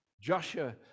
Joshua